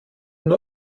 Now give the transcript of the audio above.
nur